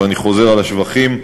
ואני חוזר על השבחים,